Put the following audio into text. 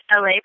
LA